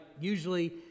usually